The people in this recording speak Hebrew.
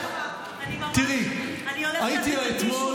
--- אני הולכת להביא לי טישו.